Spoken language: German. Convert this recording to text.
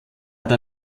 der